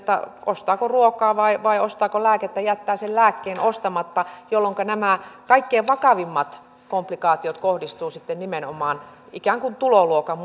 ostaako ruokaa vai vai ostaako lääkettä ja jättää sen lääkkeen ostamatta jolloinka nämä kaikkein vakavimmat komplikaatiot kohdistuvat sitten nimenomaan ikään kuin tuloluokan